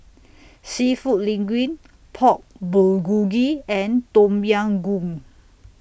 Seafood Linguine Pork Bulgogi and Tom Yam Goong